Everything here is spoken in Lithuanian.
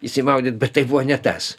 išsimaudyt bet tai buvo ne tas